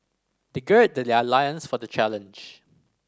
they gird that their loins for the challenge